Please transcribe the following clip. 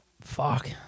fuck